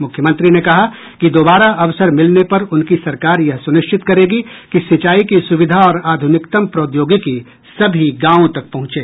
मुख्यमंत्री ने कहा कि दोबारा अवसर मिलने पर उनकी सरकार यह सुनिश्चित करेगी कि सिंचाई की सुविधा और आधुनिकतम प्रौद्योगिकी सभी गांवों तक पहुंचे